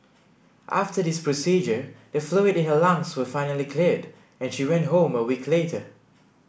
after this procedure the fluid in her lungs was finally cleared and she went home a week later